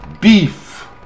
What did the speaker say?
beef